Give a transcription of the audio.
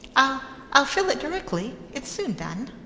i'll i'll fill it directly. it's soon done.